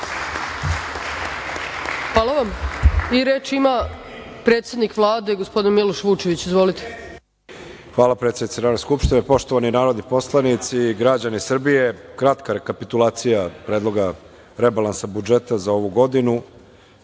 Hvala vam. Reč ima predsednik Vlade, gospodin Miloš Vučević. Izvolite. **Miloš Vučević** Hvala, predsednice Narodne skupštine. Poštovani narodni poslanici, građani Srbije, kratka rekapitulacija Predloga rebalansa budžeta za ovu godinu.